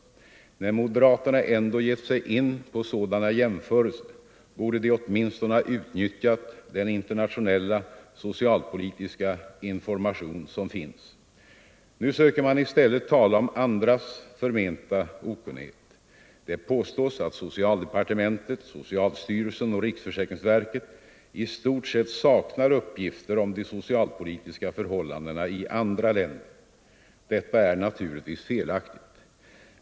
När moderaterna ändå gett sig in på sådana jämförelser borde de åtminstone ha utnyttjat den internationella socialpolitiska information som finns. Nu försöker man i stället tala om andras förmenta okunnighet. Det påstås att socialdepartementet, socialstyrelsen och riksförsäkringsverket i stort sett saknar uppgifter om de socialpolitiska förhållandena i andra länder. Detta är naturligtvis felaktigt.